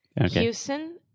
Houston